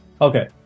okay